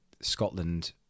scotland